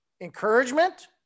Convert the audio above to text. encouragement